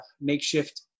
makeshift